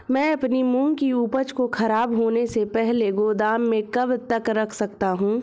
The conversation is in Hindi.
मैं अपनी मूंग की उपज को ख़राब होने से पहले गोदाम में कब तक रख सकता हूँ?